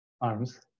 arms